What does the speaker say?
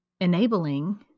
enabling